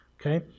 Okay